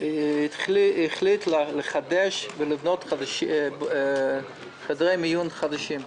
החליט לחדש ולבנות חדרי מיון חדשים.